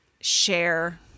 share